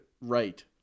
right